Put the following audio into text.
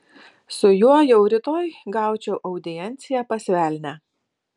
su juo jau rytoj gaučiau audienciją pas velnią